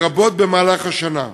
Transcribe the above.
לרבות במהלך השנה.